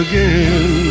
Again